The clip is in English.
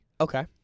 Okay